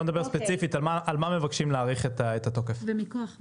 בואו נדבר ספציפית על מה מבקשים להאריך את התוקף ומכוח מה.